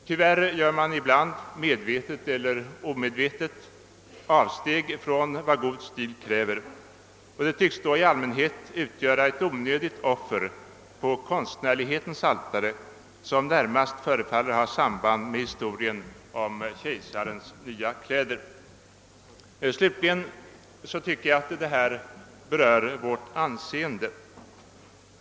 Tyvärr gör man ibland medvetet eller omedvetet avsteg från vad god stil kräver, och i allmänhet tycks det då vara onödiga offer på konstnärlighetens altare, vilka närmast förefaller ha samband med historien om kejsarens nya kläder. Slutligen tycker jag att denna fråga berör vårt anseende.